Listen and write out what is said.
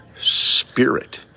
spirit